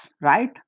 right